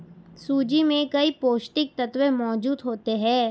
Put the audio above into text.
सूजी में कई पौष्टिक तत्त्व मौजूद होते हैं